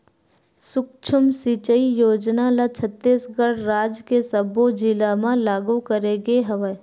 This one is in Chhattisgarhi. सुक्ष्म सिचई योजना ल छत्तीसगढ़ राज के सब्बो जिला म लागू करे गे हवय